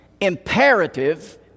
Imperative